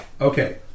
Okay